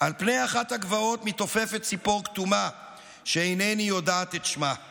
"על פני אחת הגבעות / מתעופפת ציפור כתומה / שאינני יודעת את שמה /